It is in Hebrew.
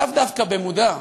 לאו דווקא במודע.